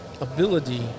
ability